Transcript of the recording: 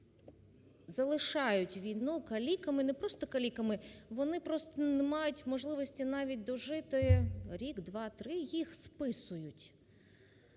залишають війну каліками, не просто каліками, вони просто не мають можливості дожити рік, два, три, їх списують.